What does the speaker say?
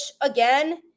again